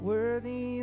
Worthy